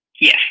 Yes